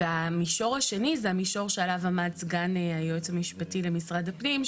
והמישור השני זה המישור שעליו עמד סגן היועץ המשפטי למשרד הפנים,